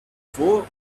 for